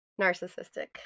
narcissistic